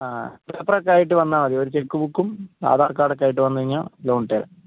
ആ പേപ്പർ ഒക്കെ ആയിട്ട് വന്നാൽ മതി ഒരു ചെക്ക് ബുക്കും ആധാർ കാർഡൊക്കെ ആയിട്ട് വന്നു കഴിഞ്ഞാൽ ലോൺ തരാം